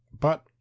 But